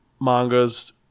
mangas